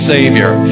Savior